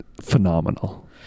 phenomenal